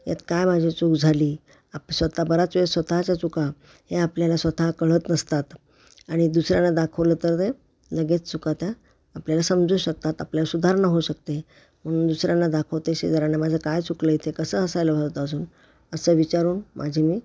यात काय माझी चूक झाली आप स्वतः बराच वेळेस स्वतःच्या चुका हे आपल्याला स्वतः कळत नसतात आणि दुसऱ्यांना दाखवलं तर ते लगेच चुका त्या आपल्याला समजू शकतात आपल्याला सुधारणा होऊ शकते म्हणून दुसऱ्यांना दाखवते शेजाऱ्यांना माझं काय चुकलं इथे कसं असायला हवं होतं अजून असं विचारून माझी मी